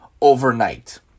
overnight